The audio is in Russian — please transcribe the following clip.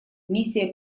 миссия